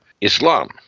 Islam